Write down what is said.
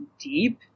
deep